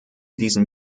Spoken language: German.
diesen